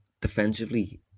defensively